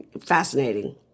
fascinating